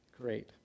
great